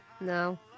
No